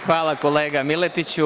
Hvala kolega Miletiću.